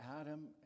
Adam